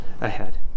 ahead